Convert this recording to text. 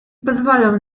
pozwolę